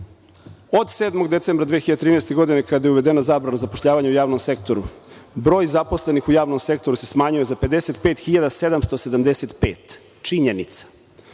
7. decembra 2013. godine kada je uvedena zabrana zapošljavanja u javnom sektoru broj zaposlenih u javnom sektoru se smanjio za 55.775 - činjenica.